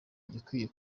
igikwiye